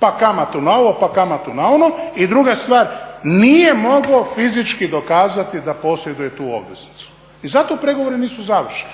Pa kamatu na ovo, pa kamatu na ono. I druga stvar, nije mogao fizički dokazati da posjeduje tu obveznicu i zato pregovori nisu završeni